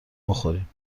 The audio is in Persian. بخوریم